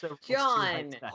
John